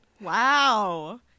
wow